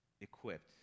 equipped